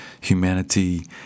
Humanity